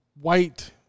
white